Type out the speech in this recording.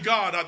God